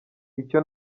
icyo